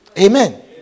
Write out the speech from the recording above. Amen